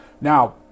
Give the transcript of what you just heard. now